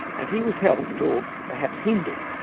and he was helped, or perhaps hindered,